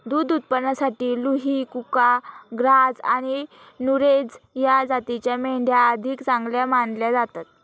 दुध उत्पादनासाठी लुही, कुका, ग्राझ आणि नुरेझ या जातींच्या मेंढ्या अधिक चांगल्या मानल्या जातात